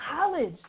college